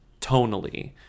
tonally